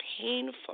painful